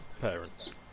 parents